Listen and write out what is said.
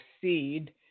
seed